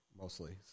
mostly